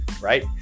right